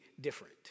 different